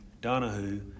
Donahue